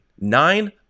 Nine